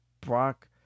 Brock